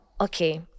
okay